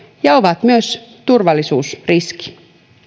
ja ovat myös turvallisuusriski